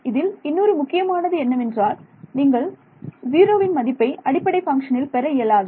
இதில் இன்னொரு முக்கியமானது என்னவென்றால் நீங்கள் 0 மதிப்பை அடிப்படை பங்ஷனில் பெற இயலாது